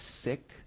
sick